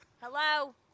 Hello